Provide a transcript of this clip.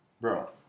Bro